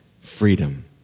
freedom